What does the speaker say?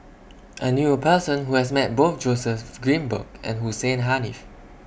I knew A Person Who has Met Both Joseph Grimberg and Hussein Haniff